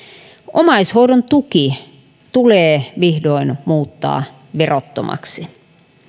omaishoidon tuki tulee vihdoin muuttaa verottomaksi